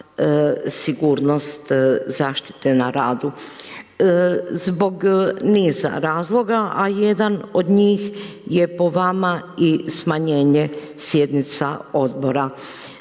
sigurnost zaštite na radu. Zbog niza razloga a jedan od njih je po vama i smanjenje sjednica odbora.